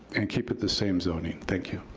and keep it the same zoning, thank you.